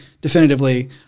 definitively